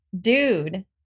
dude